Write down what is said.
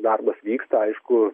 darbas vyksta aišku